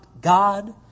God